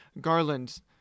garlands